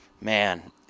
man